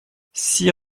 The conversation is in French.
six